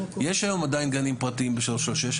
יש היום עדיין גנים פרטיים משלוש עד שש,